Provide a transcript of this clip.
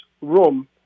room